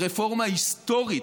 זו רפורמה היסטורית.